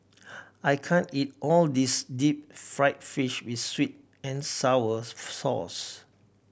I can't eat all this deep fried fish with sweet and sour sauce